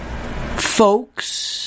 folks